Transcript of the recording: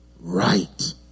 right